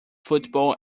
football